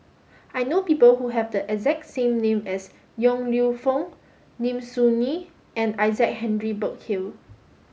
I know people who have the exact name as Yong Lew Foong Lim Soo Ngee and Isaac Henry Burkill